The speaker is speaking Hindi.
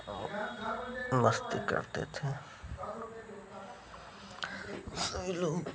और मस्ती करते थे सभी लोग